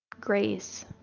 grace